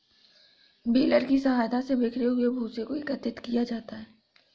baler की सहायता से बिखरे हुए भूसे को एकत्रित किया जाता है